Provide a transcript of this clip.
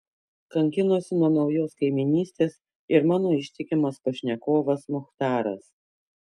kankinosi nuo naujos kaimynystės ir mano ištikimas pašnekovas muchtaras